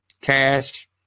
cash